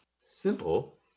Simple